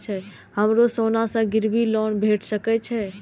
हमरो सोना से गिरबी लोन भेट सके छे?